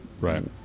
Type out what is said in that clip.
right